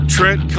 Trent